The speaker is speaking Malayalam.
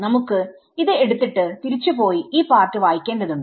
നമുക്ക് ഇത് എടുത്തിട്ട് തിരിച്ചു പോയി ഈ പാർട്ട് വായിക്കേണ്ടതുണ്ട്